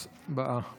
הצבעה.